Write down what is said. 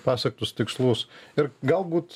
pasiektus tikslus ir galbūt